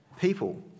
people